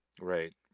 Right